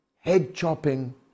head-chopping